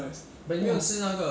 but 是小小这样大而已